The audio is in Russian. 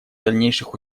дальнейших